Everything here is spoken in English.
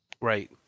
Right